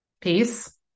Peace